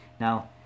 now